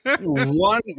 One